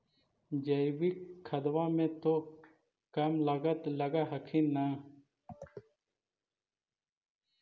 जैकिक खदबा मे तो कम लागत लग हखिन न?